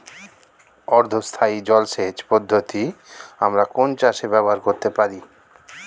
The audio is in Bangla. অর্ধ স্থায়ী জলসেচ পদ্ধতি আমরা কোন চাষে ব্যবহার করতে পারি?